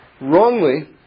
wrongly